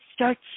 Start